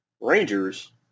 rangers